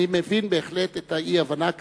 אני מבין בהחלט את האי-הבנה כאן.